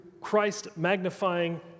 Christ-magnifying